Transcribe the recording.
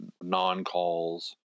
non-calls